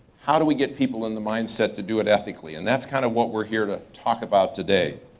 how do we get people in the mindset to do it ethically? and that's kind of what we're here to talk about today.